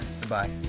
Goodbye